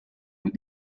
aux